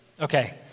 Okay